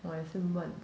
我也是闷